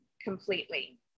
completely